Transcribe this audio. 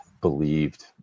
believed